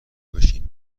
بشین